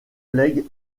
collègue